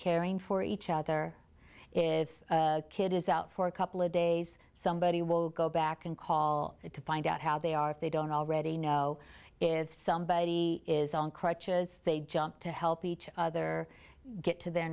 caring for each other if a kid is out for a couple of days somebody will go back and call it to find out how they are if they don't already know if somebody is on crutches they jump to help each other get to their